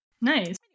Nice